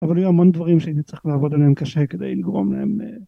‫אבל היו המון דברים שהייתי צריך ‫לעבוד עליהם קשה כדי לגרום להם.